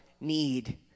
need